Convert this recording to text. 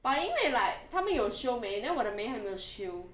but 因为 like 她们有修眉 then 我的眉还没有修